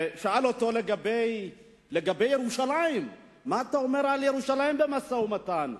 שאל אותו לגבי ירושלים: מה אתה אומר על ירושלים במשא-ומתן?